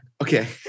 Okay